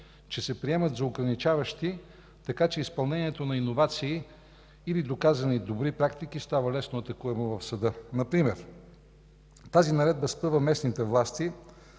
че се приемат за ограничаващи, така че изпълнението на иновации или доказани добри практики става лесно атакуемо в съда. Например: тази наредба спъва местните власти